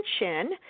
attention